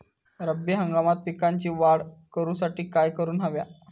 रब्बी हंगामात पिकांची वाढ करूसाठी काय करून हव्या?